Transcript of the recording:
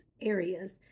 areas